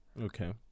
Okay